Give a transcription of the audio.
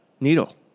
needle